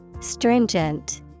Stringent